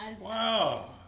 Wow